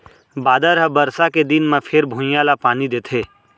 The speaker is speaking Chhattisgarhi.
बादर ह बरसा के दिन म फेर भुइंया ल पानी देथे